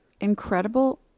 incredible